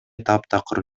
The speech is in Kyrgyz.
таптакыр